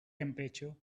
temperature